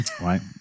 right